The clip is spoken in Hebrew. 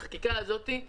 בחקיקה הזאת,